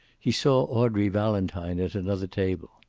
he saw audrey valentine at another table.